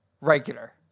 regular